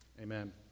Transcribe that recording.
Amen